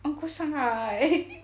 I want go 上海